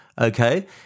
Okay